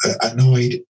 Annoyed